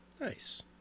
Nice